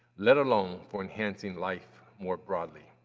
let alone for enhancing life more broadly.